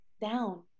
down